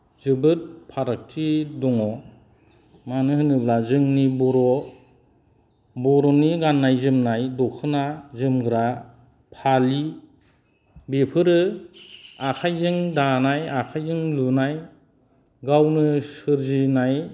जोबोद फारागथि दङ मानो होनोब्ला जोंनि बर'आव बर'नि गाननाय जोमनाय दखना जोमग्रा फालि बेफोरो आखाइजों दानाय आखाइजों लुनाय गावनो सोरजिनाय